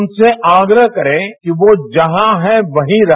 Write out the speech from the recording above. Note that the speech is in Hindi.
उनसे आग्रह करें कि यो जहां है वहीं रहे